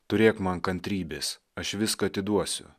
turėk man kantrybės aš viską atiduosiu